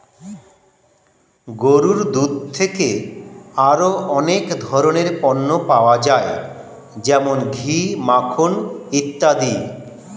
গরুর দুধ থেকে আরো অনেক ধরনের পণ্য পাওয়া যায় যেমন ঘি, মাখন ইত্যাদি